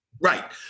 Right